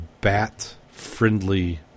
bat-friendly